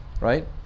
right